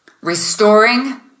Restoring